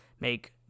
make